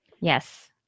Yes